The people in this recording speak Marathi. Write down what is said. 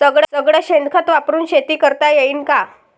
सगळं शेन खत वापरुन शेती करता येईन का?